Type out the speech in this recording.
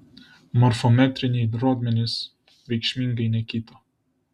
morfometriniai rodmenys reikšmingai nekito